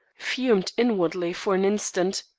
fumed inwardly for an instant,